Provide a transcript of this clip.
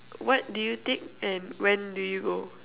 what do you take and when do you go